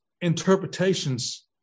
interpretations